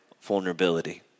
vulnerability